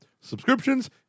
subscriptions